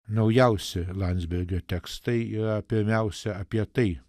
naujausi landsbergio tekstai yra pirmiausia apie tai